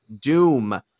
Doom